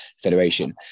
Federation